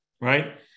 right